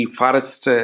forest